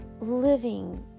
living